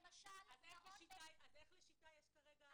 למשל מעון --- אז איך ל'שיטה' יש כרגע